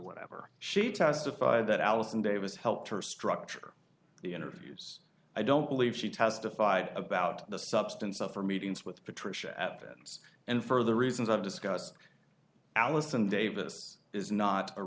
whatever she testified that allison davis helped her structure the interviews i don't believe she testified about the substance of her meetings with patricia atkins and for the reasons i've discussed alison davis is not a